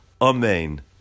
Amen